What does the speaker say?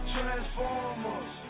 Transformers